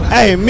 Hey